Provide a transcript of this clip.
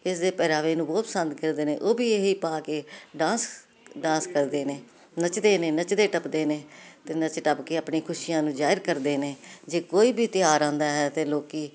ਇਸ ਦੇ ਪਹਿਰਾਵੇ ਨੂੰ ਬਹੁਤ ਪਸੰਦ ਕਰਦੇ ਨੇ ਉਹ ਵੀ ਇਹ ਹੀ ਪਾ ਕੇ ਡਾਂਸ ਡਾਂਸ ਕਰਦੇ ਨੇ ਨੱਚਦੇ ਨੇ ਨੱਚਦੇ ਟੱਪਦੇ ਨੇ ਅਤੇ ਨੱਚ ਟੱਪ ਕੇ ਆਪਣੀ ਖੁਸ਼ੀਆਂ ਨੂੰ ਜਾਹਰ ਕਰਦੇ ਨੇ ਜੇ ਕੋਈ ਵੀ ਤਿਉਹਾਰ ਆਉਂਦਾ ਹੈ ਅਤੇ ਲੋਕ